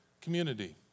community